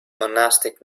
monastic